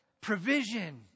provision